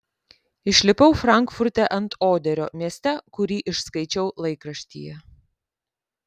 išlipau frankfurte ant oderio mieste kurį išskaičiau laikraštyje